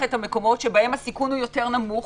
שבהם הסיכון הוא יותר נמוך,